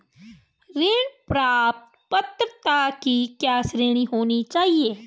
ऋण प्राप्त पात्रता की क्या श्रेणी होनी चाहिए?